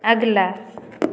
अगला